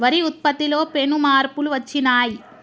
వరి ఉత్పత్తిలో పెను మార్పులు వచ్చినాయ్